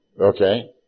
Okay